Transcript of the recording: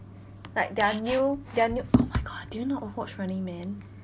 like their new their new oh my god did you not watch running man